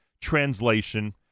translation